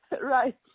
Right